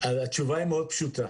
התשובה היא מאוד פשוטה.